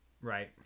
right